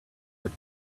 that